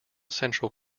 central